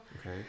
okay